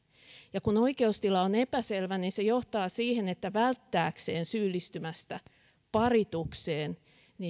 ja kun oikeustila on epäselvä niin se johtaa siihen että välttääkseen syyllistymästä paritukseen